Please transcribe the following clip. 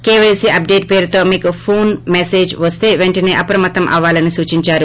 KYC update పేరుతో మీకు phone message వస్తే వెంటనే అప్రమత్తం అవ్వలని సూచించారు